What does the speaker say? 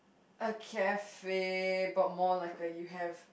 a cafe but more like a you have